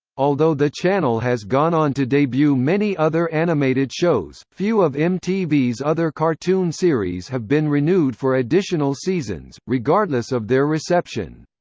although the channel has gone on to debut many other animated shows, few of mtv's other cartoon series have been renewed for additional seasons, regardless of their reception.